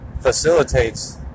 facilitates